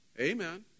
Amen